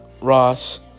Ross